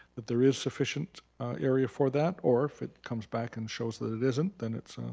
that there is sufficient area for that, or if it comes back and shows that it isn't, then it's